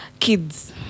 kids